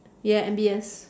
yeah M_B_S